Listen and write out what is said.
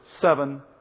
seven